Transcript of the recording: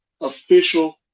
official